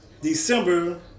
December